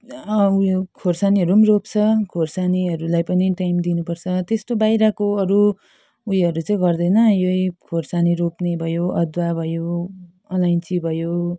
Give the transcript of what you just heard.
उयो खोर्सानीहरू पनि रोप्छ खोर्सानीहरूलाई पनि टाइम दिनुपर्छ त्यस्तो बाहिरको अरू उयोहरू चाहिँ गर्दैन यही खोर्सानी रोप्ने भयो अदुवा भयो अलैँची भयो